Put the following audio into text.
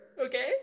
Okay